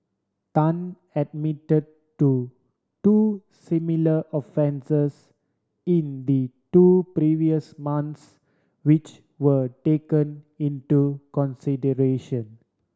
Tan admit to two similar offences in the two previous months which were taken into consideration